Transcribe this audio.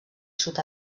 sud